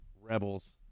Rebels